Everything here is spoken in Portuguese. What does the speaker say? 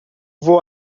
vou